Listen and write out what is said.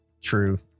True